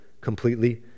completely